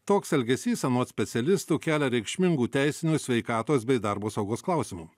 toks elgesys anot specialistų kelia reikšmingų teisinių sveikatos bei darbo saugos klausimų